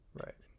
right